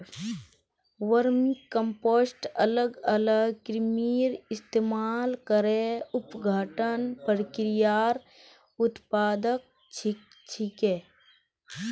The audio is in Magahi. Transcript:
वर्मीकम्पोस्ट अलग अलग कृमिर इस्तमाल करे अपघटन प्रक्रियार उत्पाद छिके